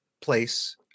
place